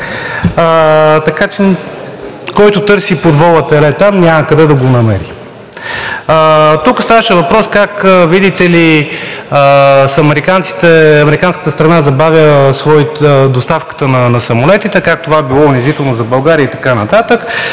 така че който търси под вола теле там, няма къде да го намери. Тук ставаше въпрос как, видите ли, американската страна забавя доставката на самолети, как това било унизително за България и така нататък.